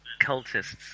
cultists